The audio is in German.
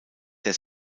der